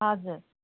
हजुर